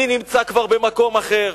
אני נמצא כבר במקום אחר.